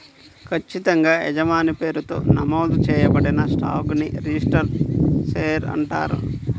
ఖచ్చితంగా యజమాని పేరుతో నమోదు చేయబడిన స్టాక్ ని రిజిస్టర్డ్ షేర్ అంటారు